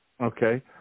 Okay